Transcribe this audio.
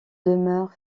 demeurent